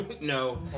No